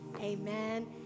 amen